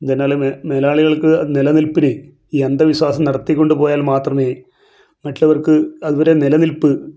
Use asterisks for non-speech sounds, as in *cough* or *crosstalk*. *unintelligible* മേലാളികൾക്ക് നിലനിൽപ്പിന് ഈ അന്ധവിശ്വാസം നടത്തിക്കൊണ്ടു പോയാൽ മാത്രമേ മറ്റുള്ളവർക്ക് അവരുടെ നിലനിൽപ്പ്